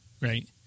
Right